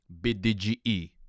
BDGE